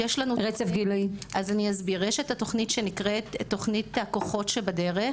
יש את התוכנית שנקראת תוכנית הכוחות שבדרך,